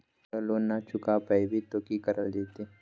अगर लोन न चुका पैबे तो की करल जयते?